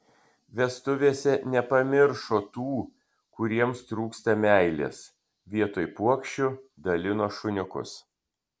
vestuvėse nepamiršo tų kuriems trūksta meilės vietoj puokščių dalino šuniukus